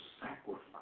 sacrifice